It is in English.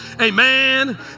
amen